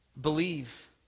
believe